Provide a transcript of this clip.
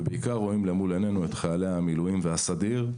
ובעיקר רואים למול עניינו את חיילי המילואים והסדיר.